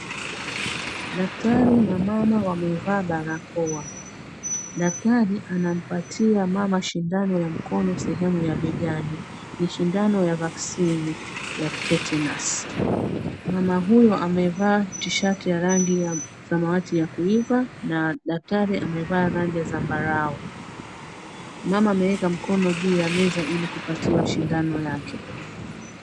Daktari na mama wamevaa barakoa. Daktari anampatia mama shindano ya mkono sehemu ya begani, ni shindano ya vaccine ya tetenus . Mama huyu amevaa tishati ya rangi ya samawati ya kuiva na daktari amevaa rangi ya zambarau. Mama ameweka mkono juu ya meza ili kupatiwa shindano yake.